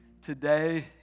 today